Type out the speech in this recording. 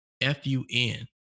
F-U-N